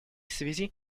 связи